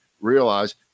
realize